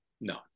No